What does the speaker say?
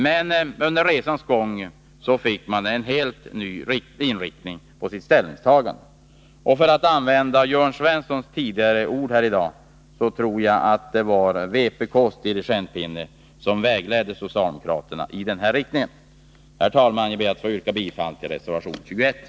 Men under resans gång fick man en helt ny inriktning på sitt ställningstagande. För att använda Jörn Svenssons ord tidigare i dag tror jag att det var vpk:s dirigentpinne som vägledde socialdemokraterna i denna riktning. Herr talman! Jag ber att få yrka bifall till reservation nr 21.